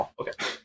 Okay